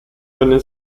eine